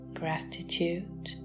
gratitude